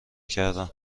کردم